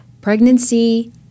pregnancy